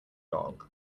dog